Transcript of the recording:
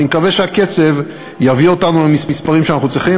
אני מקווה שהקצב יביא אותנו למספרים שאנחנו צריכים,